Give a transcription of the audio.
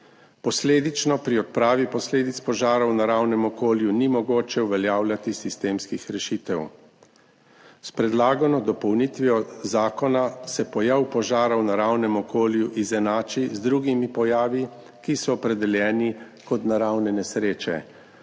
Posledično pri odpravi posledic požara v naravnem okolju ni mogoče uveljavljati sistemskih rešitev. S predlagano dopolnitvijo zakona se pojav požara v naravnem okolju izenači z drugimi pojavi, ki so opredeljeni kot naravne nesreče.